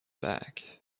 back